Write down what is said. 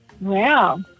Wow